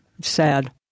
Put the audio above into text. Sad